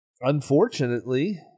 unfortunately